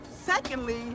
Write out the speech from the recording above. Secondly